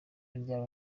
ryawe